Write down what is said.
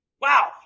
Wow